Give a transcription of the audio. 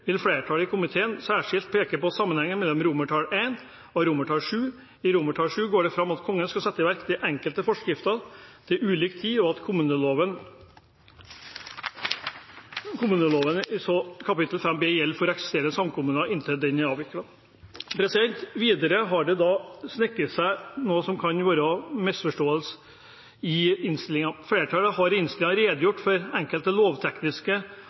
vil flertallet i komiteen særskilt peke på sammenhengen mellom I og VII. I VII går det fram at Kongen kan sette i verk de enkelte bestemmelsene til ulik tid, og at kommuneloven kapittel 5 B gjelder for eksisterende kommuner inntil de er avviklet. Videre har det sneket seg inn noe som kan være en misforståelse, i innstillingen. Flertallet har i innstillingen redegjort for enkelte lovtekniske